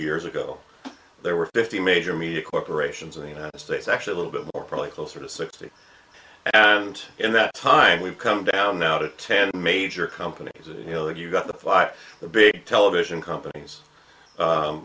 years ago there were fifty major media corporations in the united states actually a little bit more probably closer to sixty and in that time we've come down now to ten major companies and you know you've got the five big television companies